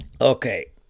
Okay